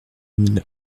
mille